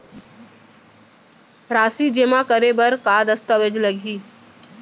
राशि जेमा करे बर का दस्तावेज लागही?